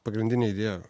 pagrindinė idėja